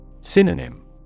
Synonym